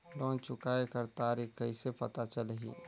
Loan चुकाय कर तारीक कइसे पता चलही?